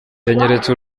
yanyeretse